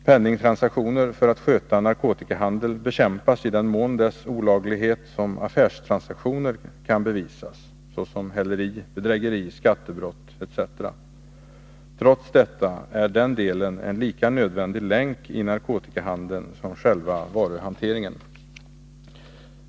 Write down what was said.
Penningtransaktioner för att sköta narkotikahandel bekämpasi den mån deras olaglighet som affärstransaktioner kan bevisas, det gäller häleri, bedrägeri, skattebrott etc. Dessa transaktioner är ändå en lika nödvändig länk i narkotikahandeln som själva varuhanteringen.